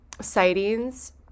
sightings